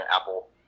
Apple